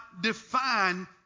define